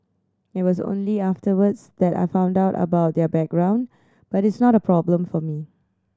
it was only afterwards that I found out about their background but it is not a problem for me